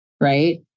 right